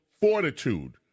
fortitude